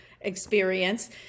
experience